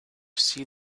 see